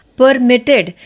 permitted